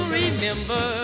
remember